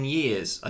years